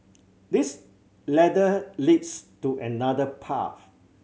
this ladder leads to another path